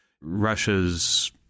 Russia's